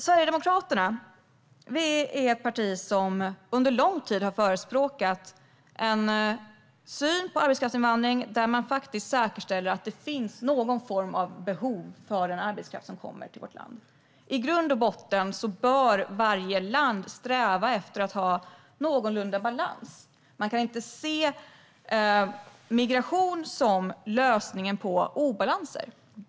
Sverigedemokraterna är ett parti som under lång tid har förespråkat en syn på arbetskraftsinvandring där man säkerställer att det faktiskt finns någon form av behov av den arbetskraft som kommer till vårt land. I grund och botten bör varje land sträva efter att ha någorlunda balans. Man kan inte se migration som lösningen på obalanser.